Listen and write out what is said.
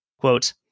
Quote